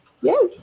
yes